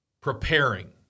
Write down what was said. preparing